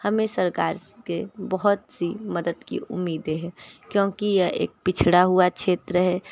हमें सरकार से बहुत सी मदद की उम्मीदें हैं क्योंकि यह एक पिछड़ा हुआ क्षेत्र है